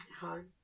Home